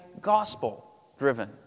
gospel-driven